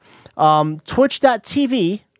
twitch.tv